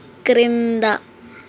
క్రింద